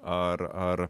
ar ar